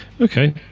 Okay